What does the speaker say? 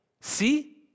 See